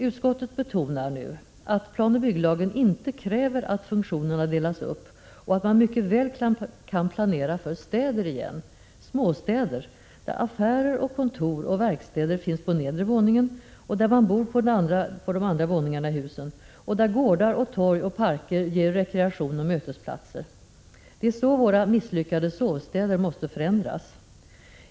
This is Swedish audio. Utskottet betonar nu att planoch bygglagen inte kräver att funktionerna delas upp och att man mycket väl kan planera för städer igen — småstäder — där affärer och kontor och verkstäder finns på nedre våningen, där man bor på de andra våningarna i husen och där gårdar och torg och parker ger rekreation och mötesplatser. Det är så våra misslyckade sovstäder måste 70 förändras.